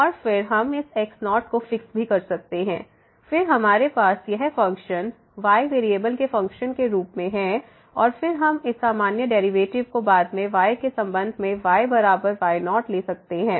और फिर हम इस x0 को फिक्स भी कर सकते हैं फिर हमारे पास यह फ़ंक्शन y वेरिएबल के फ़ंक्शन के रूप में है और फिर हम इस सामान्य डेरिवेटिव को बाद में y के संबंध में y बराबर y0 ले सकते हैं